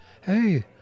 Hey